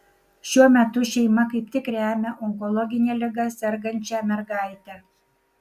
šiuo metu šeima kaip tik remia onkologine liga sergančią mergaitę